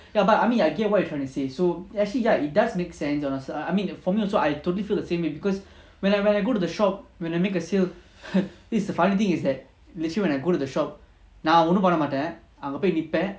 ya but I mean I get what you are trying to say so actually ya it does make sense on us I mean for me also I totally feel the same way because when I when I go to the shop when I make a sale this the funny thing is that literally when I go to the shop நான்ஒன்னும்பண்ணமாட்டேன்அங்கபொய்நிப்பேன்:nan onnum panna maten anga poi nippen